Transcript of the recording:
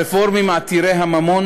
הרפורמים עתירי הממון,